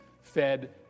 fed